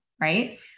Right